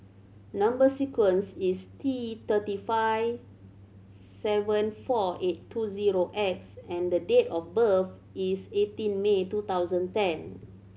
number sequence is T thirty five seven four eight two zero X and the date of birth is eighteen May two thousand ten